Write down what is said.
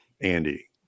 Andy